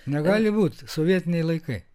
negali būt sovietiniai laikai